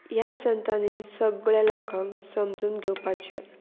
ह्या संतांनी सगळ्या लोकांक समजून घेवपाचें